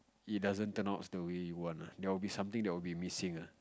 it doesn't turn outs the way you want ah there will be something that will be missing ah